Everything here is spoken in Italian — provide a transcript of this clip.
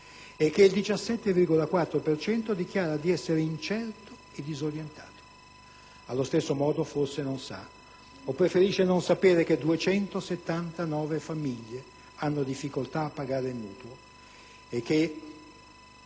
e che il 17,4 per cento dichiara di essere incerto e disorientato. Allo stesso modo, forse non sa, o preferisce non sapere, che 279.000 famiglie hanno difficoltà a pagare il mutuo e che